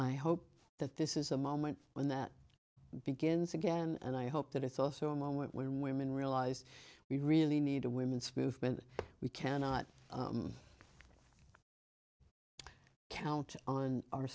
i hope that this is a moment when that begins again and i hope that it's also a moment when women realize we really need a women's movement we cannot count on our